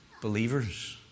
believers